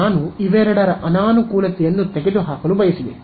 ನಾನು ಇವೆರಡರ ಅನಾನುಕೂಲತೆಯನ್ನು ತೆಗೆದುಹಾಕಲು ಬಯಸಿದೆ